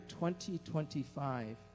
2025